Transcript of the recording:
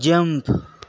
jump